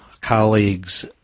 colleagues